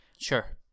Sure